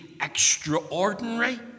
extraordinary